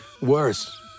Worse